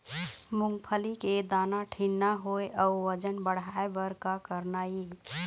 मूंगफली के दाना ठीन्ना होय अउ वजन बढ़ाय बर का करना ये?